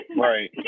right